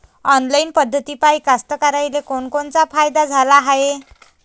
Online पद्धतीपायी कास्तकाराइले कोनकोनचा फायदा झाला हाये?